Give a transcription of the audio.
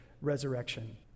resurrection